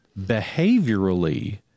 behaviorally